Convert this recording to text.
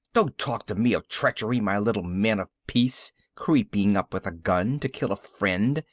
don't talk to me of treachery, my little man of peace. creeping up with a gun to kill a friend.